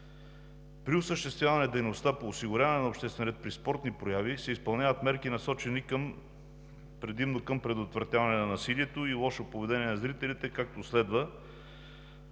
При осъществяване дейността по осигуряване на обществения ред при спортни прояви се изпълняват мерки, насочени предимно към предотвратяване на насилието и лошо поведение на зрителите, както следва: